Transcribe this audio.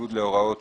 בניגוד להוראות